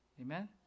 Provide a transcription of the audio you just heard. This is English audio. Amen